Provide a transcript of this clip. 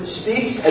speaks